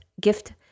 Gift